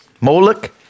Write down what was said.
Moloch